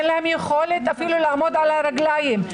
אין להם יכולת אפילו לעמוד על הרגליים.